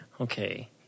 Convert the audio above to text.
Okay